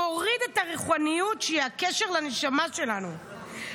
מוריד את הרוחניות, שהיא הקשר לנשמה שלנו.